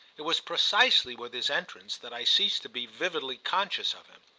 it was precisely with his entrance that i ceased to be vividly conscious of him.